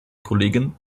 kollegin